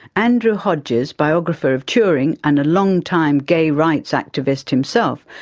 andrew hodges, biographer of turing and a long-time gay rights activist himself,